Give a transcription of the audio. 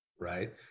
right